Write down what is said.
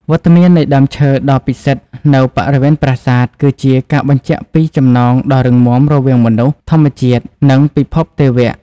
វត្តមាននៃដើមឈើដ៏ពិសិដ្ឋនៅបរិវេណប្រាសាទ គឺជាការបញ្ជាក់ពី ចំណងដ៏រឹងមាំរវាងមនុស្ស ធម្មជាតិ និងពិភពទេវៈ។